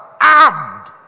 armed